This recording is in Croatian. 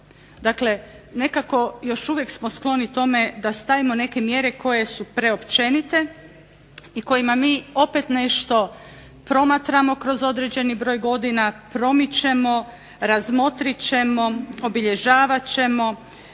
Dakle, nekako još uvijek smo skloni tome da stavimo neke mjere koje su preopćenite i kojima mi opet nešto promatramo kroz određeni broj godina, promičemo, razmotrit ćemo, obilježavat ćemo,